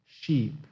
sheep